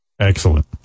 Excellent